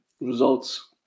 results